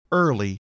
early